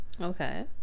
Okay